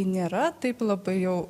nėra taip labai jau